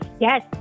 Yes